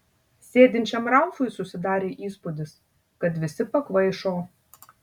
sėdinčiam ralfui susidarė įspūdis kad visi pakvaišo